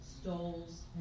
stoles